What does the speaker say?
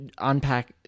Unpack